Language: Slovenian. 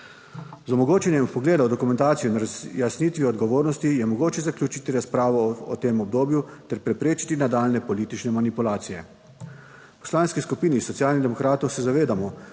Z omogočanjem vpogleda v dokumentacijo in razjasnitvijo odgovornosti je mogoče zaključiti razpravo o tem obdobju ter preprečiti nadaljnje politične manipulacije. V Poslanski skupini Socialnih demokratov se zavedamo,